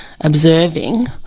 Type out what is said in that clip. observing